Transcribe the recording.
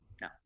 no